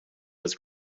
was